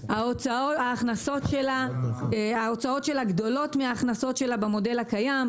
ההוצאות שלה גדולות מההכנסות שלה במודל הקיים.